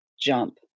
jump